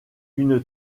une